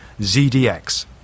ZDX